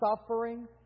suffering